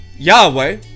Yahweh